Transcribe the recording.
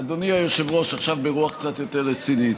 אדוני היושב-ראש, עכשיו ברוח קצת יותר רצינית.